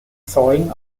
zeugen